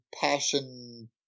passion